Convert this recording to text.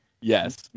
Yes